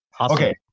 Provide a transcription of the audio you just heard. Okay